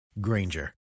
Granger